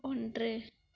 ஒன்று